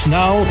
now